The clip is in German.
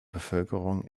bevölkerung